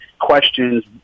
questions